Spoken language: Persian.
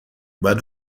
باید